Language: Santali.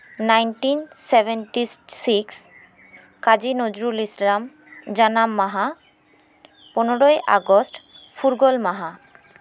nineteen seventy six Kazi Nazrul ᱤᱥᱞᱟᱢᱡᱟᱱᱟᱢ ᱢᱟᱦᱟ ᱯᱚᱱᱨᱚᱭ ᱟᱜᱚᱥᱴ ᱯᱷᱩᱨᱜᱟᱹᱞ ᱢᱟᱦᱟ